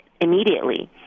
immediately